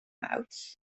mawrth